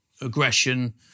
aggression